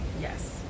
yes